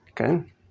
Okay